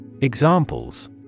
Examples